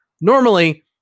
Normally